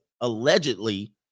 allegedly